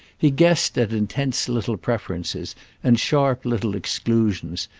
he guessed at intense little preferences and sharp little exclusions,